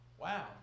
Wow